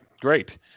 great